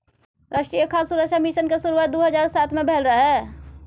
राष्ट्रीय खाद्य सुरक्षा मिशन के शुरुआत दू हजार सात मे भेल रहै